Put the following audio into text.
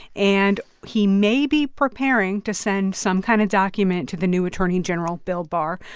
and he may be preparing to send some kind of document to the new attorney general, bill barr.